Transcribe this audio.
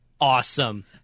awesome